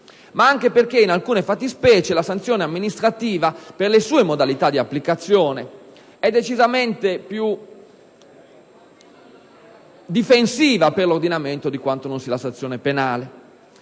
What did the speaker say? ma anche perché in alcune fattispecie la sanzione amministrativa, per le sue modalità di applicazione, è decisamente più difensiva per l'ordinamento di quanto non sia la sanzione penale.